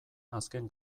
azken